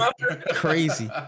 Crazy